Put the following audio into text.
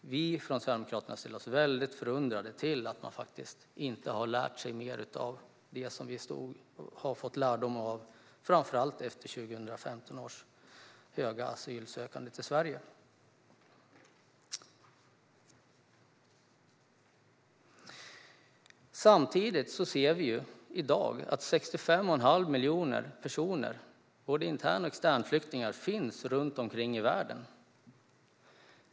Vi från Sverigedemokraternas sida känner oss väldigt förundrade över att man inte har lärt sig mer av det som vi har dragit lärdom av, framför allt efter 2015 års höga antal asylsökande till Sverige. Samtidigt ser vi i dag att 65 1⁄2 miljon personer som är både intern och externflyktingar finns runt omkring i världen.